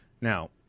Now